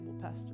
Pastor